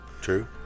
True